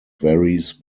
varies